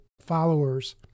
followers